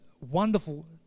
wonderful